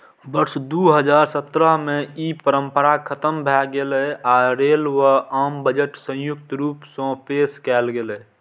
वर्ष दू हजार सत्रह मे ई परंपरा खतम भए गेलै आ रेल व आम बजट संयुक्त रूप सं पेश कैल गेलै